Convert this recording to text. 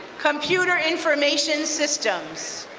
computer information systems.